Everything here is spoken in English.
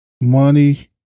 Money